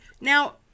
now